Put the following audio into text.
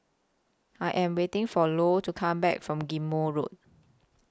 I Am waiting For Lou to Come Back from Ghim Moh Road